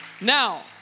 now